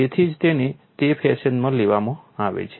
તેથી જ તેને તે ફેશનમાં લેવામાં આવે છે